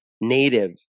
native